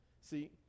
See